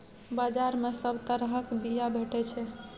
बजार मे सब तरहक बीया भेटै छै